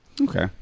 Okay